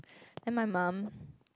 then my mum